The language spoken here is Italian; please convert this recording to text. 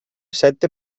sette